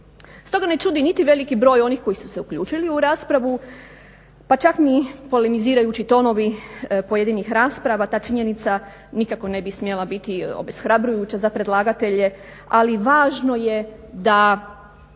Stoga ne čudi niti veliki broj onih koji su se uključili u raspravu pa čak ni polemizirajući tonovi pojedinih rasprava. Ta činjenica nikako ne bi smjela biti obeshrabrujuća za predlagatelje, ali važno je da